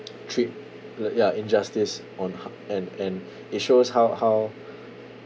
trip l~ ya injustice on how and and it shows how how